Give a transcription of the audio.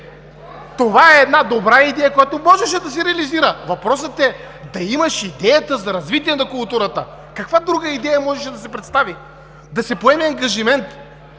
Това е една добра идея, която можеше да се реализира. Въпросът е да имаш идеята за развитие на културата. Каква друга идея можеше да се представи? Да се поеме ангажимент